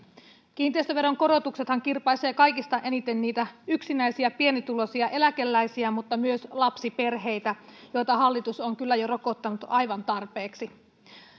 kiinteistöveron korotuksethan kirpaisevat kaikista eniten niitä yksinäisiä pienituloisia eläkeläisiä mutta myös lapsiperheitä joita hallitus on kyllä rokottanut jo aivan tarpeeksi